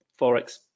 forex